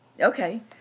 Okay